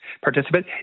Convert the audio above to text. participate